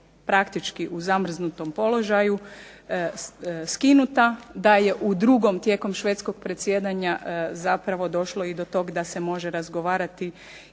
praktički u zamrznutom položaju skinuta, da je u drugom tijekom švedskog predsjedanja zapravo došlo i do tog da se može razgovarati